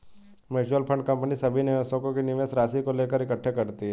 mutual fund company सभी निवेशकों के निवेश राशि को लेकर इकट्ठे करती है